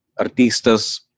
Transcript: artistas